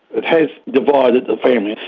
it has divided the family,